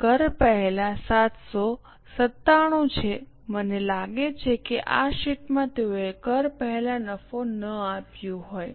કર પહેલાં 797 છે મને લાગે છે કે આ શીટમાં તેઓએ કર પહેલાં નફો ન આપ્યું હોય